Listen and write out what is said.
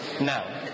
Now